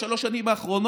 בשלוש השנים האחרונות,